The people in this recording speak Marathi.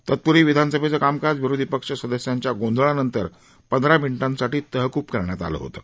तत्प्र्वी विधानसभेचं कामकाज विरोधी पक्ष सदस्यांच्या गोंधळानंतर पंधरा मिनिटांसाठी तहकूब करण्यात आलं होतं